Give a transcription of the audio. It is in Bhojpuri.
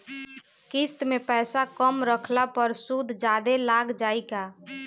किश्त के पैसा कम रखला पर सूद जादे लाग जायी का?